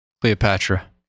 Cleopatra